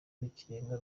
rw’ikirenga